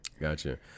Gotcha